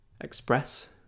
express